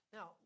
Now